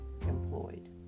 employed